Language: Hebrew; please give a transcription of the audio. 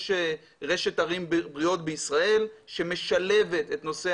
יש "רשת ערים בריאות בישראל" שמשלבת את נושא